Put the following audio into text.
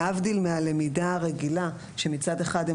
להבדיל מהלמידה הרגילה שמצד אחד הם